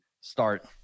start